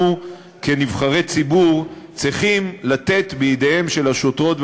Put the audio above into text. כנבחרי ציבור צריכים לתת בידיהם של השוטרות והשוטרים,